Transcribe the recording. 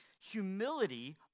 humility